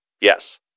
Yes